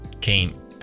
came